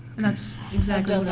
and that's exactly